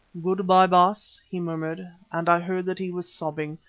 good-bye, baas, he murmured, and i heard that he was sobbing.